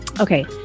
Okay